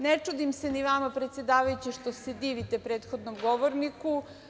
Ne čudim se ni vama, predsedavajući, što se divite prethodnom govorniku.